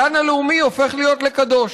הגן הלאומי הופך להיות לקדוש.